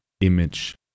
image